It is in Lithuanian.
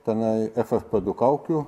tenai ffp du kaukių